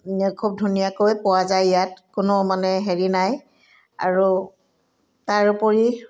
খুব ধুনীয়াকৈ পোৱা যায় ইয়াত কোনো মানে হেৰি নাই আৰু তাৰোপৰি